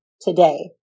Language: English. today